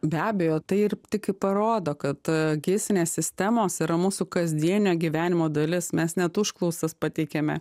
be abejo tai ir tik į parodo kad gisinės sistemos yra mūsų kasdienio gyvenimo dalis mes net užklausas pateikiame